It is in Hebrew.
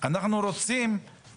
אז יהיו להם אנשים גם שם,